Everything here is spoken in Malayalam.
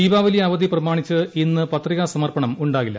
ദീപാവലി അവധി പ്രമാണിച്ച് ഇന്ന് പത്രികാ സമർപ്പണം ഉണ്ടാവില്ല